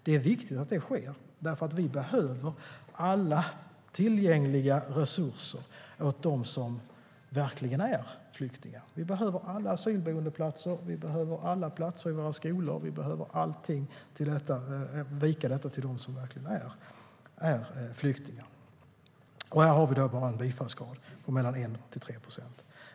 Det är viktigt att det sker, för vi behöver alla tillgängliga resurser till dem som verkligen är flyktingar. Vi behöver alla asylboendeplatser, vi behöver alla platser i våra skolor, vi behöver vika allting till dem som verkligen är flyktingar. Här har vi en bifallsgrad på endast 1-3 procent.